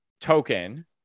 token